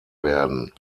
werden